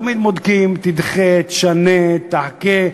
תמיד בודקים, תדחה, תשנה, תחכה.